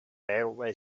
railway